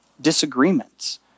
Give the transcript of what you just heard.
disagreements